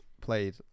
played